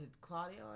Claudio